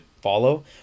follow